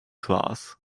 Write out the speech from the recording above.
class